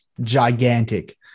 gigantic